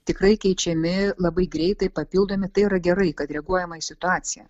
tikrai keičiami labai greitai papildomi tai yra gerai kad reaguojama į situaciją